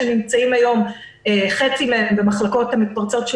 חצי מהם נמצאים היום במחלקות המתפרצות של